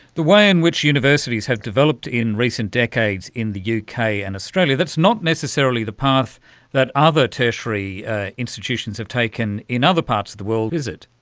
the way in which universities have developed in recent decades in the uk and australia, that's not necessarily the path that other tertiary institutions have taken in other parts of the world, is it.